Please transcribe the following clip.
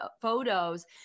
photos